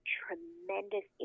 tremendous